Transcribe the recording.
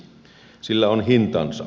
sillä on hintansa